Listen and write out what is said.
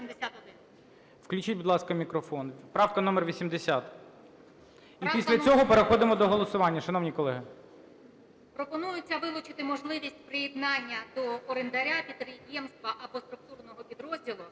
Пропонується виключити можливість приєднання до орендаря підприємства або структурного підрозділу